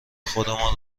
خودمان